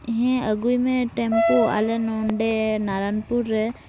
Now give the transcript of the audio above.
ᱦᱮᱸ ᱟᱹᱜᱩᱭ ᱢᱮ ᱴᱮᱢᱯᱩ ᱟᱞᱮ ᱱᱚᱰᱮ ᱱᱟᱨᱟᱱᱯᱩᱨ ᱨᱮ